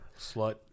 slut